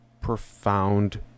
profound